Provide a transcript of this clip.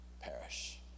Perish